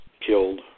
killed